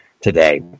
today